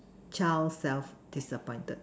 child self disappointed